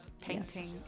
painting